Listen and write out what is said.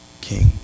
King